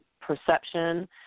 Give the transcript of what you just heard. perception